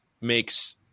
makes